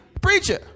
Preacher